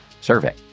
survey